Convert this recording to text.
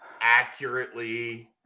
accurately